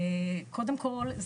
קודם כל,